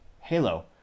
Halo